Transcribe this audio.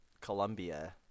Colombia